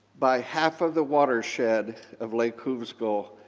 by half of the watershed of lake hovsgol,